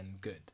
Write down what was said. good